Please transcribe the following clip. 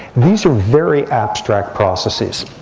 these are very abstract processes.